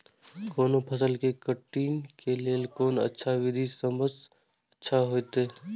कोनो फसल के कटनी के लेल कोन अच्छा विधि सबसँ अच्छा होयत?